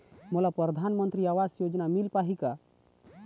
मोला परधानमंतरी आवास योजना मिल पाही का?